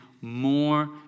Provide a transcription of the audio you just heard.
more